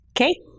Okay